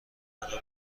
مرا